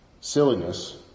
silliness